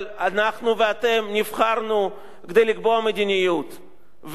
אבל אנחנו ואתם נבחרנו כדי לקבוע מדיניות,